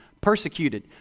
Persecuted